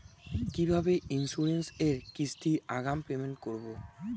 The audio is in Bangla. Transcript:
কিভাবে ইন্সুরেন্স এর কিস্তি আগাম পেমেন্ট করবো?